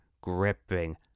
gripping